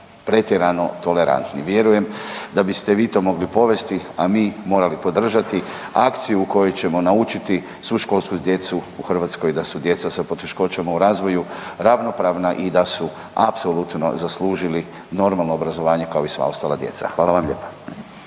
pretjerano tolerantni. Vjerujem da biste vi to mogli povesti, a mi morali podržati akciju u kojoj ćemo naučiti svu školsku djecu u Hrvatskoj da su djeca sa poteškoćama u razvoju ravnopravna i da su apsolutno zaslužili normalno obrazovanje kao i sva ostala djeca. Hvala vam lijepa.